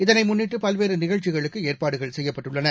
இதை முன்னிட்டு பல்வேறு நிகழ்ச்சிகளுக்கு ஏற்பாடுகள் செய்யப்பட்டுள்ளன